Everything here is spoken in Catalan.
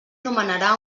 nomenarà